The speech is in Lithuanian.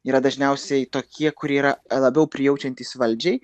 yra dažniausiai tokie kurie yra labiau prijaučiantys valdžiai